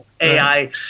AI